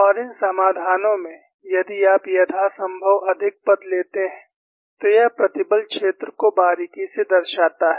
और इन समाधानों में यदि आप यथासंभव अधिक पद लेते हैं तो यह प्रतिबल क्षेत्र को बारीकी से दर्शाता है